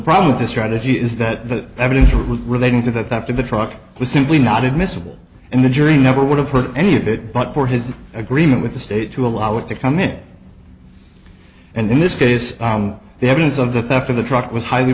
problem with this strategy is that the evidence relating to that after the truck was simply not admissible and the jury never would have heard any of it but for his agreement with the state to allow it to come in and in this case the evidence of the theft of the truck was highly